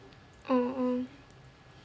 mm mm